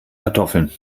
kartoffeln